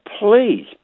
please